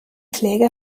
kläger